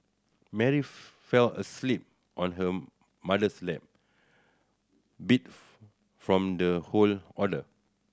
Mary fell asleep on her mother's lap beat from the whole ordeal